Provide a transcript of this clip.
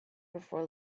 before